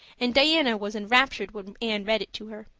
and diana was enraptured when anne read it to her.